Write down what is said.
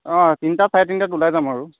অঁ তিনিটা চাৰে তিনিটাত ওলাই যাম আৰু